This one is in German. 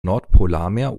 nordpolarmeer